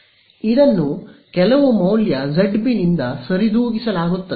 ಇದನ್ನು ಕೆಲವು ಮೌಲ್ಯ zB ನಿಂದ ಸರಿದೂಗಿಸಲಾಗುತ್ತದೆ